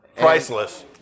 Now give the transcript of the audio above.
Priceless